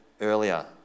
earlier